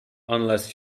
unless